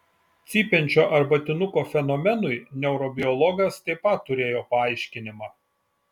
cypiančio arbatinuko fenomenui neurobiologas taip pat turėjo paaiškinimą